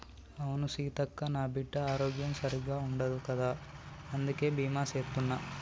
అవును సీతక్క, నా బిడ్డ ఆరోగ్యం సరిగ్గా ఉండదు కదా అందుకే బీమా సేత్తున్న